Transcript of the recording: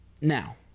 Now